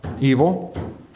evil